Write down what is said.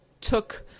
took